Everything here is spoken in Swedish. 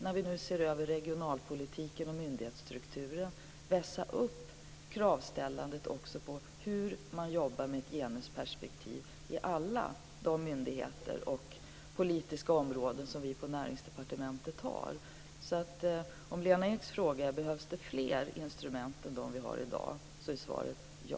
När vi nu ser över regionalpolitiken och myndighetsstrukturen, kan vi då vässa kraven också på hur man jobbar med genusperspektiv vid alla myndigheter och inom alla politiska områden som vi på Näringsdepartementet har hand om? På Lena Eks fråga om det behövs fler instrument än de som vi har i dag är svaret ja.